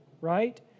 right